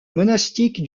monastique